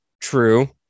True